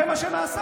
זה מה שנעשה.